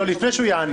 לא, לפני שהוא יענה.